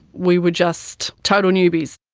we were just total newbies.